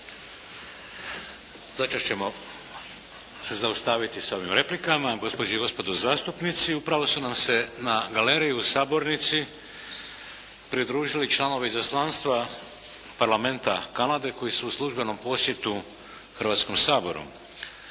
Na čas ćemo se zaustaviti sa ovim replikama. Gospođe i gospodo zastupnici, upravo su nam se na Galeriji u sabornici pridružili članovi Izaslanstva parlamenta Kanade koji su u službenom posjetu Hrvatskom saboru.